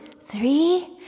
three